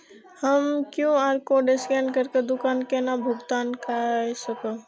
हम QR code scan करके दुकान केना भुगतान काय सकब?